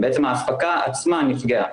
ובעצם האספקה עצמה נפגעת,